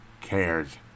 cares